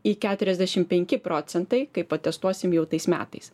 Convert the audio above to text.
į keturiasdešim penki procentai kai patestuosim jau tais metais